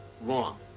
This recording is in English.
wrong